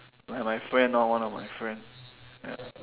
like my friend lor one of my friend